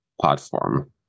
platform